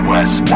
West